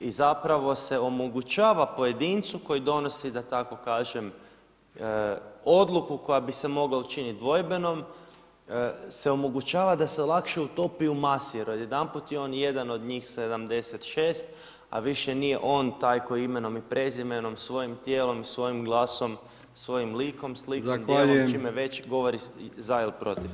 i zapravo se omogućava pojedincu koji donosi da tako kažem odluku koja bi se mogla učiniti dvojbenom se omogućava da se lakše utopi u masi, jer odjedanput je on jedan od njih 76, a više nije on taj koji imenom i prezimenom, svojim tijelom i svojim glasom, svojim likom, slikom i djelom [[Upadica Brkić: Zahvaljujem.]] Govori za ili protiv.